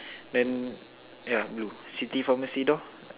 then yeah blue city pharmacy door